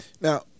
Now